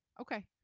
okay